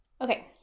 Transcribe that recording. Okay